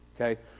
Okay